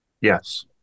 Yes